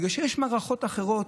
בגלל שיש מערכות אחרות,